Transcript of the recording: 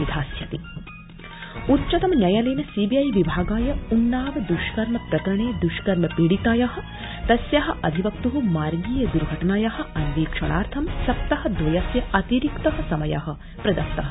विधास्य उच्चतम न्यायालयेन सीबीआई विभागस्य उन्नाव दुष्कर्म प्रकरणे दृष्कर्म पीडितायाः तस्याः अधिवक्त् मार्गीय द्र्घटनाया अन्वीक्षणार्थं सप्ताहदवयस्य अतिरिक्तः समय प्रदत्तः